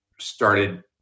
started